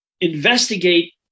investigate